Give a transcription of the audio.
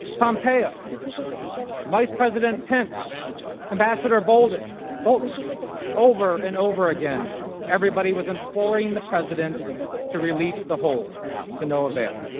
bumping up vice president pence and bassett are bold and bowled and over and over again everybody was imploring the president to release the hold to no avail